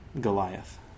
Goliath